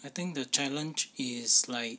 I think the challenge is like